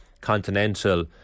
continental